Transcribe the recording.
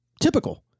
typical